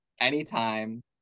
anytime